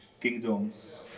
Kingdoms